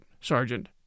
Sergeant